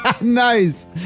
Nice